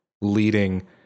leading